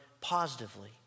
positively